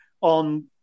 on